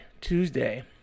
Tuesday